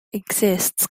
exists